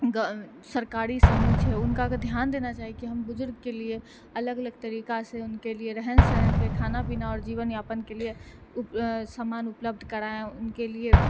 सरकारी समूह छै उनका अगर ध्यान देना चाही कि हम बुजुर्गके लिए अलग अलग तरीका से उनके लिए रहन सहनके आओर खाना पीना और जीवनयापनके लिए समान उपलब्ध कराए उनके लिए